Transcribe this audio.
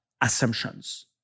assumptions